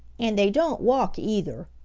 and they don't walk either,